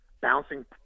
bouncing